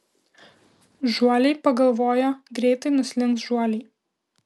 žuoliai pagalvojo greitai nuslinks žuoliai